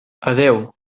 adéu